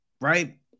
right